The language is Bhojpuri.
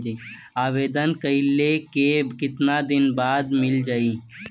आवेदन कइला के कितना दिन बाद मिल जाई?